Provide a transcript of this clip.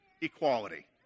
equality